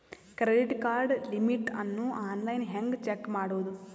Credit card limit ಅನ್ನು online ಹೆಂಗ್ check ಮಾಡೋದು?